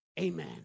Amen